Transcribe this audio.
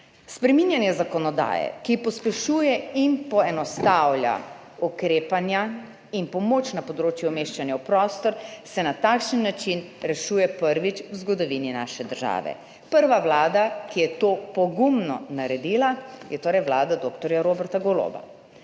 Spreminjanje zakonodaje, ki pospešuje in poenostavlja ukrepanja in pomoč na področju umeščanja v prostor, se na takšen način rešuje prvič v zgodovini naše države. Prva vlada, ki je to pogumno naredila, je torej vlada dr. Roberta Goloba.